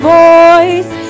voice